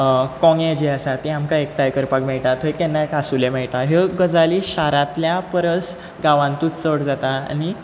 कोंगे जे आसात ते आमकां एकठांय करपाक मेळटात थंय केन्नाय कांसुलें मेळटात ह्यो गजाली शारांतल्या परस गांवांतूच चड जाता आनी